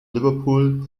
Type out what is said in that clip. liverpool